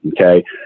Okay